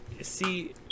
see